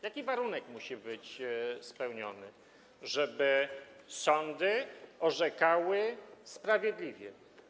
Jaki warunek musi być spełniony, żeby sądy orzekały sprawiedliwie?